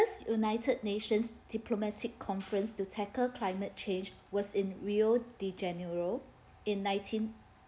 united nations diplomatic conference to tackle climate change was in rio de janeiro in nineteen